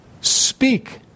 speak